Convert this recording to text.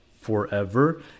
forever